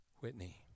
Whitney